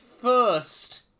first